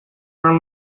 our